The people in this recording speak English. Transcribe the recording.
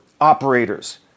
operators